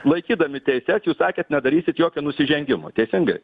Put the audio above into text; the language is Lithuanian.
laikydami teises jūs sakėt nedarysit jokio nusižengimo teisingai